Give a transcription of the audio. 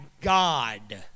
God